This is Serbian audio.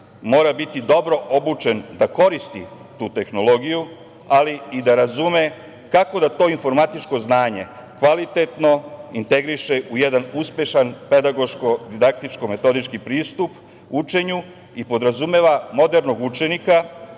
mora biti dobro obučen da koristi tu tehnologiju, ali i da razume kako da to informatičko znanje kvalitetno integriše u jedan uspešan pedagoško, didaktičko, metodički pristup učenju i podrazumeva modernog učenika